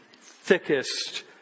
thickest